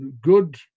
good